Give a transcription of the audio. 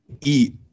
eat